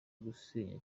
gusenga